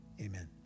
Amen